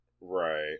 Right